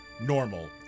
normal